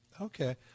Okay